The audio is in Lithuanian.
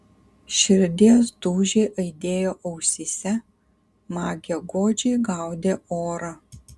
širdies dūžiai aidėjo ausyse magė godžiai gaudė orą